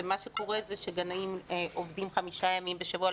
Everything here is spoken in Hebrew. ומה שקורה זה שגנים עובדים חמישה ימים בשבוע,